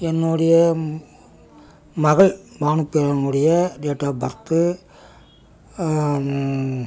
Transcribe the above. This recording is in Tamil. என்னுடைய மகள் பானு பிரியாவினுடைய டேட் ஆப் பர்த்து